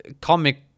comic